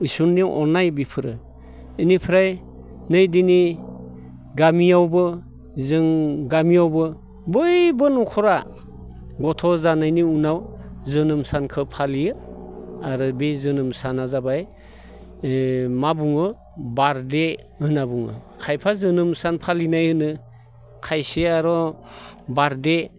इसोरनि अननाय बेफोरो इनिफ्राय नै दिनै गामियावबो जों गामियावबो बयबो न'खरा गथ' जानायनि उनाव जोनोम सानखो फालियो आरो बे जोनोम साना जाबाय मा बुङो बार्डे होनना बुङो खायफा जोनोम सान फालिनाय होनो खायसेया आर' बार्डे